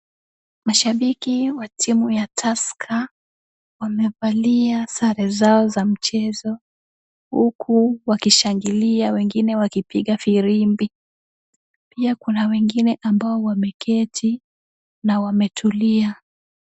Mashabiki wa timu ya Tusker wamevalia sare zao za mchezo, huku wakishangilia wengine wakipiga firimbi. Pia kuna wengine ambao wameketi na wametulia.